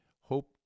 Hope